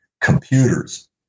computers